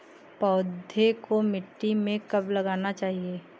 पौधें को मिट्टी में कब लगाना चाहिए?